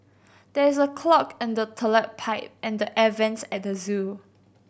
there is a clog in the toilet pipe and the air vents at the zoo